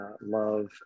love